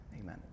amen